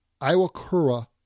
Iwakura